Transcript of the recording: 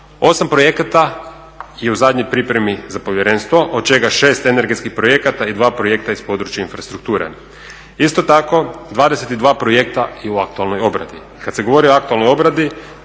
Osam projekta je u zadnjoj pripremi za povjerenstvo od čega šest energetskih projekta i dva projekta iz područja infrastrukture. Isto tako 22 projekta je u aktualnoj obradi. Kada se govori o aktualnoj obradi